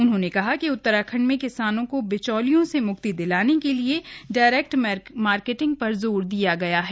उन्होंने कहा कि उत्तराखण्ड में किसानों को बिचौलियों से म्क्ति के लिए डायरेक्ट मार्केटिंग पर जोर दिया गया है